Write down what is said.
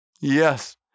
Yes